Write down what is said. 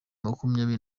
makumyabiri